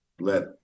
let